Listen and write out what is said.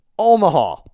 Omaha